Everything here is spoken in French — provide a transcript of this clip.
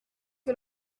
que